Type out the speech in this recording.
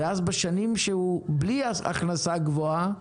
בשנים שהוא בלי הכנסה גבוהה,